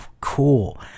cool